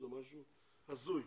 זה משהו הזוי.